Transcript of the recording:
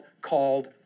called